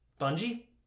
bungie